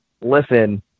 listen